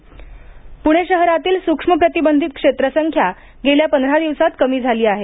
प्णे शहरातील स्रक्ष्म प्रतिबंधित क्षेत्र संख्या गेल्या पंधरा दिवसात कमी झाली आहे